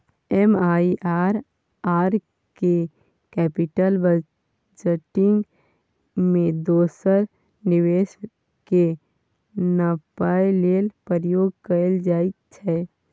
MIRR केँ capital budgeting मे दोसर निबेश केँ नापय लेल प्रयोग कएल जाइत छै